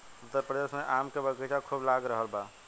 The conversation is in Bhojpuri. उत्तर प्रदेश में आम के बगीचा खूब लाग रहल बा